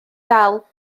ddal